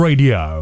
Radio